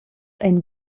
ein